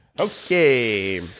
Okay